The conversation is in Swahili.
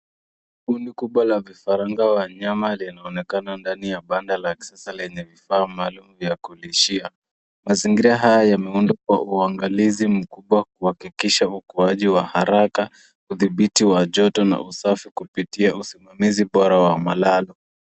Kundi kubwa la vifaranga wa nyama linaonekana ndani ya vifaa vya kulishia. Mazingira haya yameundwa kwa uangalizi mkubwa wa kuhakikisha ukuaji wa haraka, udhibiti wa joto na usafi kupitia usimamizi bora wa malazi.